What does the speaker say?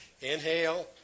Inhale